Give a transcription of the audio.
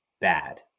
bad